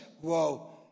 whoa